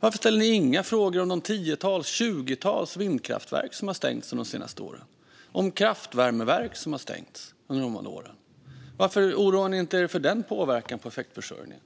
Varför ställer ni inga frågor om de tiotals eller tjugotals vindkraftverk som har stängts under de senaste åren, eller om de kraftvärmeverk som har stängts? Varför oroar ni er inte för den påverkan på effektförsörjningen?